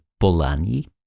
Polanyi